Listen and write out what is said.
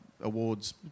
awards